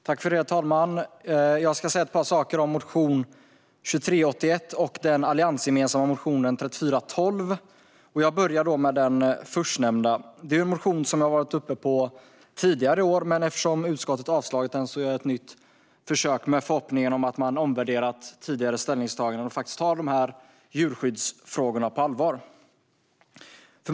Herr talman! Jag ska säga ett par saker om motion 2017 18:3412. Jag börjar med den förstnämnda motionen. Det är en motion som Sverigedemokraterna har väckt tidigare år, men eftersom utskottet har avstyrkt motionen gör jag ett nytt försök med förhoppningen om att man har omvärderat tidigare ställningstaganden och faktiskt tar de djurskyddsfrågorna på allvar.